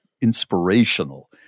inspirational